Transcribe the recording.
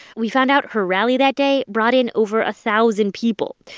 we found out her rally that day brought in over a thousand people.